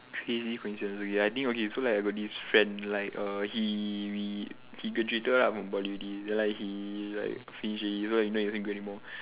crazy coincidence okay so I think so like I got this friend like err he he he graduated lah from poly already then like he's like finish already so we not in same grade anymore